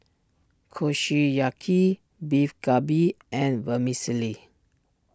Kushiyaki Beef Galbi and Vermicelli